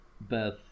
Beth